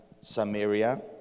Samaria